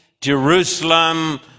Jerusalem